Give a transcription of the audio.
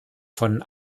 von